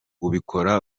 ubikore